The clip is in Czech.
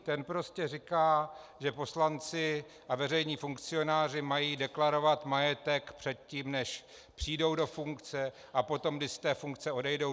Ten prostě říká, že poslanci a veřejní funkcionáři mají deklarovat majetek dříve, než přijdou do funkce, a potom, když z té funkce odejdou.